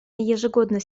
ежегодно